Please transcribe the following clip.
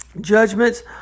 judgments